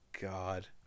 God